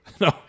No